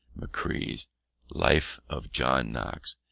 mccrie's life of john knox,